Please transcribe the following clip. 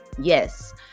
Yes